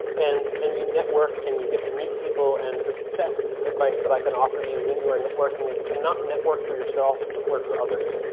and and you network and you get to meet people. and the best advice that i can offer you when you're networking is, to not network for yourself, but and network for others.